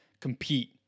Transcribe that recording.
Compete